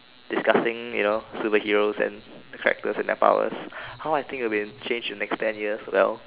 disgusting you know superheroes and the characters and their powers how I think it will change in the next ten years well